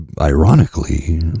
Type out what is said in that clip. ironically